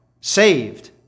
saved